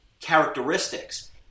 characteristics